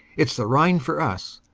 it s the rhine for us.